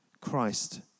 Christ